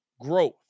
growth